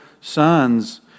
sons